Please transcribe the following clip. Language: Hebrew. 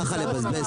נר רביעי של חנוכה.